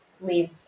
leave